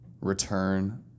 return